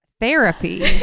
therapy